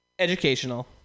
Educational